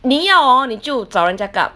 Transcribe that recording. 你要 hor 你就找人家 gub